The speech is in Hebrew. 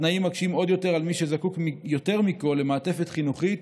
התנאים מקשים עוד יותר על מי שזקוק יותר מכול למעטפת חינוכית